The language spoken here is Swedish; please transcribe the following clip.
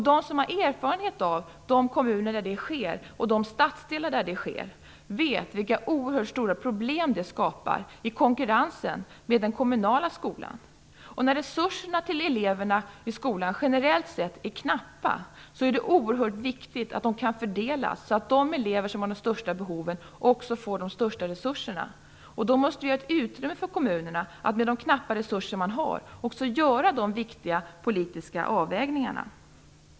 De som har erfarenhet av de kommuner och de stadsdelar där det sker vet vilka oerhört stora problem det skapar i konkurrensen med den kommunala skolan. När resurserna till eleverna i skolan generellt sett är knappa är det oerhört viktigt att de kan fördelas så att de elever som har de största behoven också får de största resurserna. Då måste vi skapa ett utrymme för kommunerna att med de knappa resurser man har också göra de viktiga politiska avvägningarna.